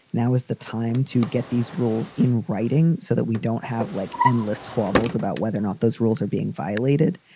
now is the time to get these rules in writing so that we don't have like endless squabbles about whether or not those rules are being violated.